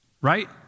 right